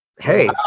hey